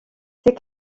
ces